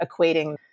equating